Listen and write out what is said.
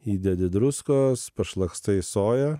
įdedi druskos pašlakstai soja